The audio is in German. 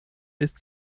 lässt